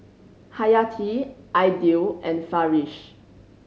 Hayati Aidil and Farish